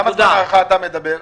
על כמה זמן הארכה אתה מדבר?